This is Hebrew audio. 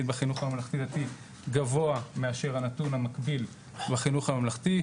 בחינוך הממלכתי דתי גבוה מאשר הנתון המקביל בחינוך הממלכתי,